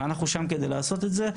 ואנחנו שם כדי לעשות את זה,